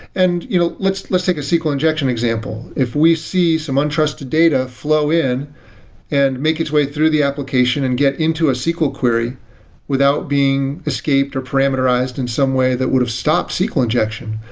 and you know let's let's take a sql injection example. if we see some untrusted data flow in and make its way through the application and get into a sql query without being escaped or parameterized in some way that would have stop sql injection,